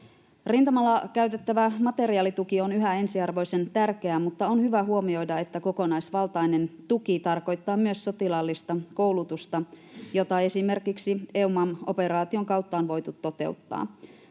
Rintamalla käytettävä materiaalituki on yhä ensiarvoisen tärkeää, mutta on hyvä huomioida, että kokonaisvaltainen tuki tarkoittaa myös sotilaallista koulutusta, jota esimerkiksi EUMAM-operaation kautta on voitu toteuttaa.